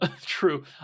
true